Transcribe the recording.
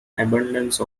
abundance